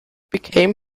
became